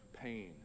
pain